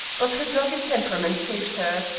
but her dogged temperament saved her.